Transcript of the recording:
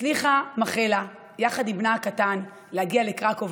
הצליחה מכלה, יחד עם בנה הקטן, להגיע לקרקוב.